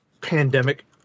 pandemic